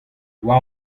war